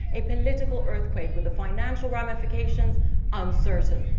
a political earthquake with the financial ramifications uncertain.